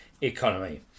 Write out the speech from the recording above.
economy